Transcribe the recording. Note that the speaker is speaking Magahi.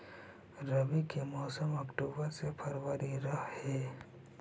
रब्बी के मौसम अक्टूबर से फ़रवरी रह हे